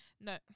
No